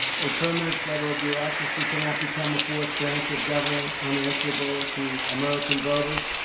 a permanent federal bureaucracy cannot become a fourth branch of government, unanswerable to american voters.